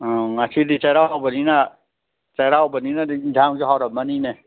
ꯑꯧ ꯉꯁꯤꯗ ꯆꯩꯔꯥꯎꯕꯅꯤꯅ ꯆꯩꯔꯥꯎꯕꯅꯤꯅ ꯌꯦꯟꯁꯥꯡꯁꯨ ꯍꯥꯎꯔꯝꯃꯅꯤꯅꯦ